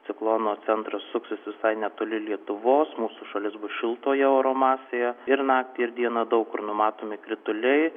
ciklono centras suksis visai netoli lietuvos mūsų šalis bus šiltoje oro masėje ir naktį ir dieną daug kur numatomi krituliai